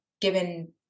given